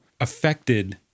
affected